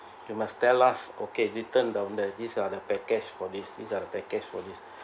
you must tell us okay written down there this are the package for this this are the package for this